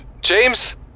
James